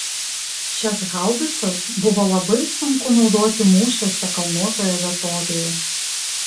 šias haubicas buvo labai sunku naudoti mūšiuose kalnuotoje vietovėje